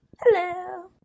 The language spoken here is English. hello